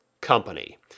company